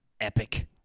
epic